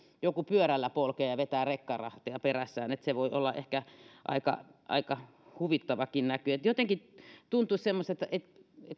joku pyörällä polkee ja vetää rekkarahtia perässään se voi olla ehkä aika aika huvittavakin näky jotenkin tuntuu semmoiselta että